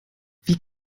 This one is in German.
wie